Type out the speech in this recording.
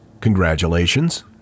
Congratulations